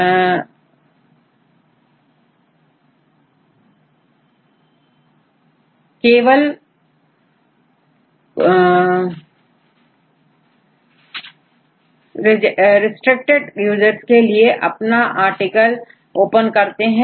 कुछ और था केवल रिस्ट्रिक्टेड यूजर्स के लिए अपना आर्टिकल ओपन करते हैं